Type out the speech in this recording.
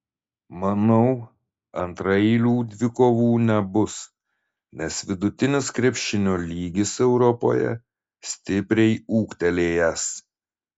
manau antraeilių dvikovų nebus nes vidutinis krepšinio lygis europoje stipriai ūgtelėjęs